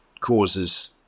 causes